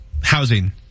housing